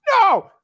no